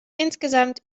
insgesamt